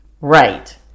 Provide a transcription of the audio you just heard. Right